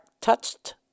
touched